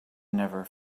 never